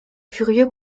furieux